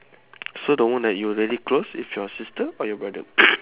so the one that you are very close with your sister or your brother